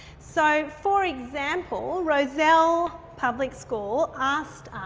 so, for example rozelle public school asked